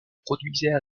produisait